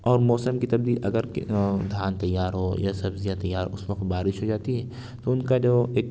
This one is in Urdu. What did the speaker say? اور موسم کی تبدیل اگر کہ دھان تیار ہو یا سبزیاں تیار اس وقت بارش ہو جاتی ہے تو ان کا جو ایک